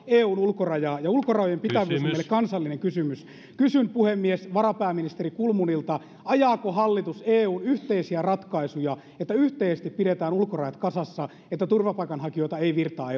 eun ulkorajaa ja ulkorajojen pitävyys on meille kansallinen kysymys kysyn puhemies varapääministeri kulmunilta ajaako hallitus eun yhteisiä ratkaisuja sitä että yhteisesti pidetään ulkorajat kasassa että turvapaikanhakijoita ei virtaa